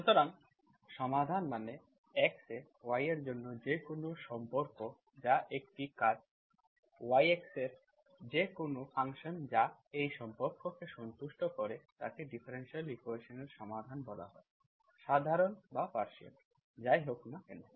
সুতরাং সমাধান মানে x এ y এর জন্য যে কোনও সম্পর্ক যা একটি কার্ভ y এর যে কোনও ফাংশন যা এই সম্পর্ককে সন্তুষ্ট করে তাকে ডিফারেনশিয়াল ইকুয়েশন্সের সমাধান বলা হয় সাধারণ বা পার্শিয়াল যাই হোক না কেন